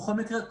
בכל מקרה,